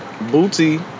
booty